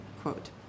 quote